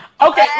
Okay